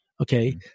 Okay